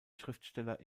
schriftsteller